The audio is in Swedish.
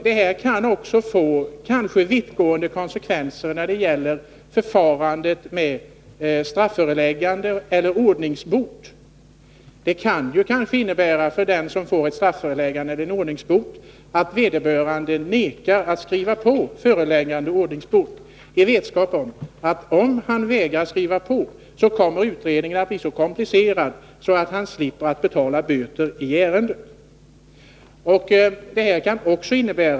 Detta kan kanske också få vittgående konsekvenser när det gäller förfarandet med strafföreläggande eller ordningsbot. Det kan ju hända att den som får ett strafföreläggande eller en ordningsbot vägrar att skriva på föreläggandet eller ordningsboten i den vetskapen att hans vägran kommer att innebära att utredningen blir så komplicerad att han slipper betala böter i ärendet.